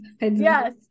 Yes